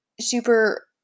super